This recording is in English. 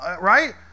right